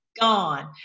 gone